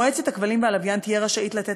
מועצת הכבלים והלוויין תהיה רשאית לתת